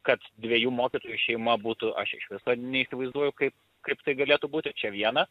kad dviejų mokytojų šeima būtų aš iš viso neįsivaizduoju kaip kaip tai galėtų būti čia viena